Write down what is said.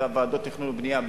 וועדות תכנון ובנייה.